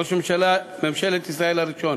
ראש ממשלת ישראל הראשון.